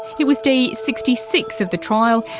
it was day sixty six of the trial,